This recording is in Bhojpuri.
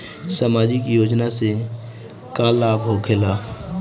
समाजिक योजना से का लाभ होखेला?